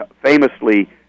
famously